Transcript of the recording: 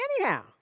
anyhow